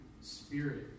spirit